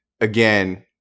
again